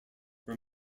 were